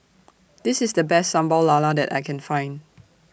This IS The Best Sambal Lala that I Can Find